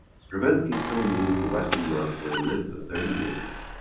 stravinsky soon moved to western europe where he lived for thirty years.